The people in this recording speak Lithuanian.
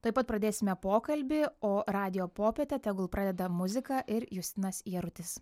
tuoj pat pradėsime pokalbį o radijo popietę tegul pradeda muzika ir justinas jarutis